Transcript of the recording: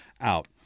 out